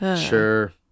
sure